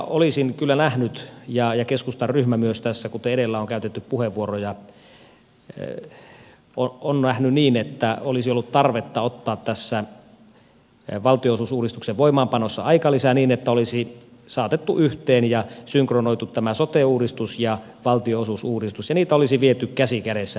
olisin kyllä nähnyt ja myös keskustan ryhmä tässä kuten edellä on käytetty puheenvuoroja on nähnyt niin että olisi ollut tarvetta ottaa tässä valtionosuusuudistuksen voimaanpanossa aikalisä niin että olisi saatettu yhteen ja synkronoitu tämä sote uudistus ja valtionosuusuudistus ja niitä olisi viety käsi kädessä eteenpäin